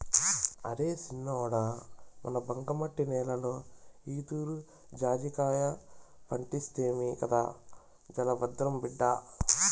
అరే సిన్నోడా మన బంకమట్టి నేలలో ఈతూరి జాజికాయ పంటేస్తిమి కదా జరభద్రం బిడ్డా